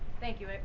thank you.